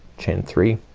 chain three